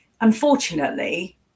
unfortunately